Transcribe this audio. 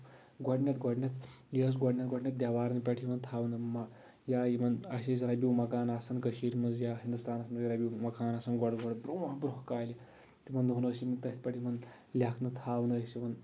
گۄڈٕنیتھ گۄڈٕنیتھ یہِ ٲسۍ گۄڈٕنیتھ گۄڈٕنیتھ دیوارن پٮ۪ٹھ یِوان تھاونہٕ یا یِمن یا یِمن اَسہِ ٲسۍ رَبیو مکانہٕ آسان کٔشیٖر منٛز یا ہِندُستانس منٛز رَبیو مکان آسان گۄڈٕ گۄڈٕ برونٛہہ برونٛہہ کالہِ تِمن دۄہَن ٲسۍ یِم تٔتھۍ پٮ۪ٹھ یِمن لٮ۪کھنہٕ تھاونہٕ ٲسۍ یِوان